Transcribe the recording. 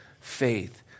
faith